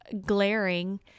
glaring